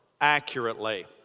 accurately